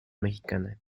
mexicana